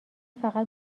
فقط